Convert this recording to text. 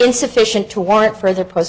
insufficient to warrant further post